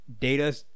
Data